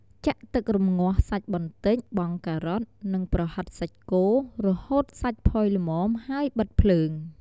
ចាក់ទឹករំងាស់សាច់បន្តិច បង់ការ៉ុត និងប្រហិតសាច់គោ រហូតសាច់ផុយល្មម ហើយបិទភ្លើង។